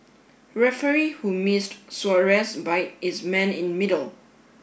referee who missed Suarez bite is man in middle